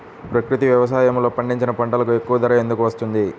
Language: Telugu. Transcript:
ప్రకృతి వ్యవసాయములో పండించిన పంటలకు ఎక్కువ ధర ఎందుకు వస్తుంది?